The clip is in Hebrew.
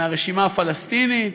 מהרשימה הפלסטינית,